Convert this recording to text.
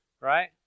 right